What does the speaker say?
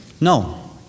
No